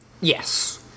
Yes